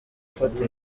afata